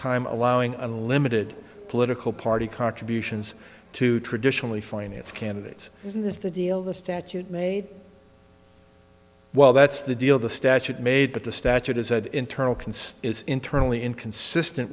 time allowing unlimited political party contributions to traditionally finance candidates isn't this the deal the statute made well that's the deal the statute made but the statute as an internal can see is internally inconsistent